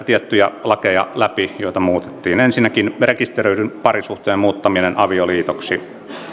tiettyjä lakeja joita muutettiin ensinnäkin rekisteröidyn parisuhteen muuttaminen avioliitoksi